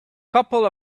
couple